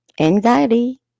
anxiety